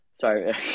Sorry